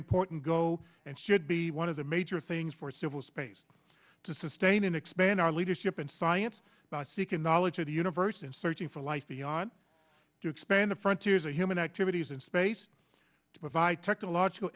important go and should be one of the major things for civil space to sustain and expand our leadership in science seeking knowledge of the universe and searching for life beyond to expand the frontiers of human activities in space to provide technological